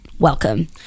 welcome